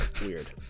weird